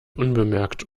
unbemerkt